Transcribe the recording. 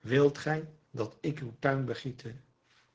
wilt gij dat ik uw tuin begiete